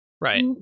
right